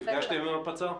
נפגשתם עם הפצ"ר?